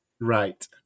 Right